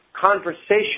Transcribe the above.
Conversation